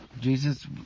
Jesus